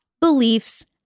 beliefs